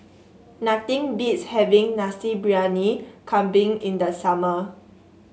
nothing beats having Nasi Briyani Kambing in the summer